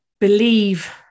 Believe